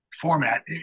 format